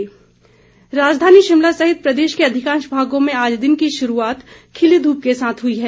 मौसम राजधानी शिमला सहित प्रदेश के अधिकांश भागों में आज दिन की शुरूआत खिली धूप के साथ हुई है